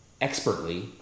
expertly